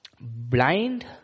blind